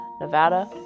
Nevada